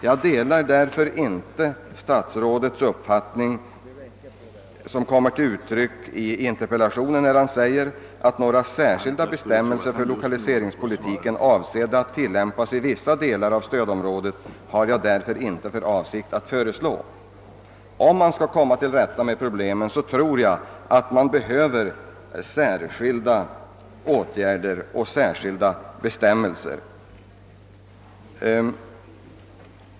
Jag delar därför inte statsrådets uppfattning som kommer till uttryck i interpellationssvaret, där han säger: »Några särskilda bestämmelser för lokaliseringspolitiken avsedda att tillämpas i vissa delar av stödområdet har jag därför inte för avsikt att föreslå.» Jag tror att man för att komma till rätta med problemen behöver vidta särskilda åtgärder och införa särskilda bestämmelser.